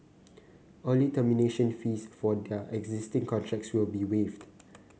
early termination fees for their existing contracts will be waived